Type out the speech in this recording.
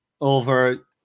over